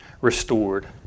restored